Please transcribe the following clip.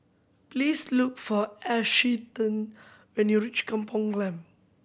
please look for Ashtyn when you reach Kampong Glam